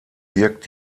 wirkt